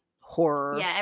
horror